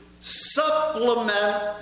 supplement